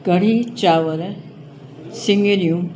कढ़ी चांवर सिंगरियूं